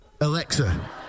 Alexa